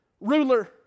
ruler